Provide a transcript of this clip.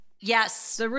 Yes